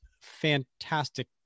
fantastic